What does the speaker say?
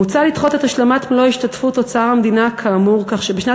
מוצע לדחות את השלמת מלוא השתתפות אוצר המדינה כאמור כך שבשנות